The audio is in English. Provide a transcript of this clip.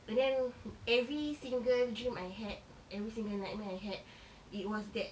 and then every single dream I had every single nightmare I had it it was that